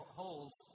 holes